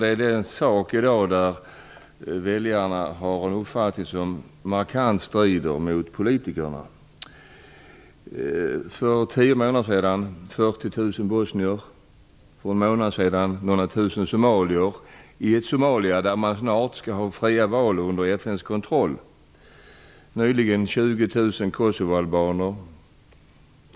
Detta är ett ämne där väljarna har en uppfattning som markant strider mot politikernas. För tio månader sedan: 40 000 bosnier. För en månad sedan: några tusen somalier. I Somalia skall man snart hålla fria val under FN:s kontroll. Nyligen: 20 000 kosovoalbaner.